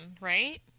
right